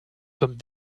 sommes